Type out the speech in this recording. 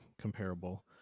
comparable